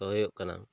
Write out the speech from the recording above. ᱫᱚ ᱦᱩᱭᱩᱜ ᱠᱟᱱᱟ